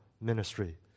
ministry